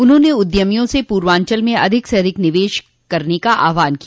उन्होंने उद्यमियों से पूर्वांचल में अधिक से अधिक निवेश करने का आहवान किया